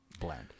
bland